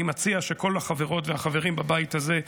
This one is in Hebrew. אני מציע שכל החברות והחברים בבית הזה,